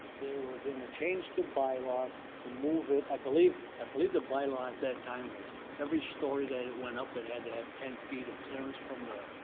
they were going to change the bylaw to move it, i believe ah believe the bylaw at that time was every story that it went up, it had to have ten feet of clearance from the